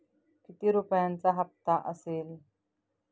किती रुपयांचा हप्ता असेल?